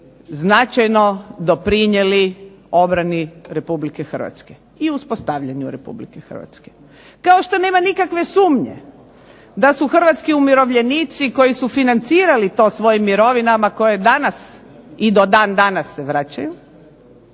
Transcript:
značajno doprinijeli obrani republike Hrvatske i uspostavljanju Republike Hrvatske. Kao što nema nikakve sumnje da su Hrvatski umirovljenici koji su financirali to svojim mirovinama koje i do dan danas se vraćaju,